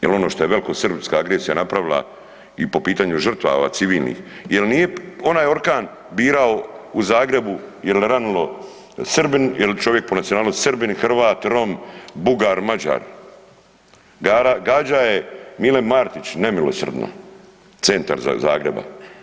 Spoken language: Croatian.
Jer ono što je velikosrpska agresija napravila i po pitanju žrtava civilnih, jel nije onaj Orkan birao u Zagrebu jel ranilo Srbin, jel čovjek po nacionalnosti Srbin, Hrvat, Rom, Bugar, Mađar, gađa je Mile Martić, nemilosrdno, centar Zagreba.